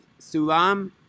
Sulam